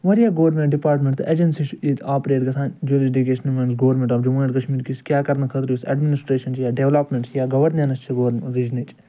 وارِیاہ government department تہِ agency چھِ ییٚتہِ آپریٹ گَژھان جوٗرِسڈِگیشنہِ منٛز government of Jammu and Kashmir کِس کیٛاہ کَرنہٕ خٲطرٕ یُس ایڈمِنسٹیرشن چھِ یا ڈیولپمٮ۪نٛٹ چھِ یا گَوورنٮ۪نٕس چھِ گور رِجنٕچ